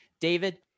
David